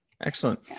Excellent